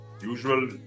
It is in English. usual